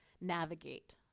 navigate